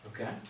Okay